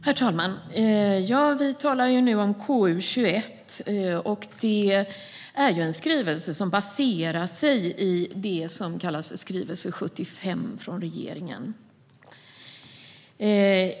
Herr talman! Vi talar nu om KU21, och det är ett betänkande som baseras på det som kallas för skrivelse 75 från regeringen.